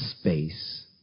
space